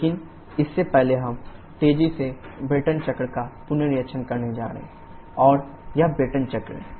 लेकिन इससे पहले हम तेजी से ब्रेटन चक्र का पुनरीक्षण करने जा रहे हैं और यह ब्रेटन चक्र है